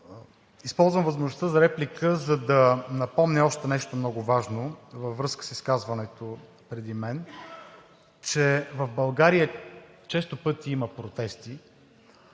Използвам възможността за реплика, за да напомня още нещо много важно във връзка с изказването преди мен, че в България често пъти има протести.